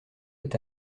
est